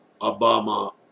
Obama